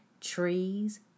trees